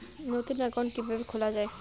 নতুন একাউন্ট কিভাবে খোলা য়ায়?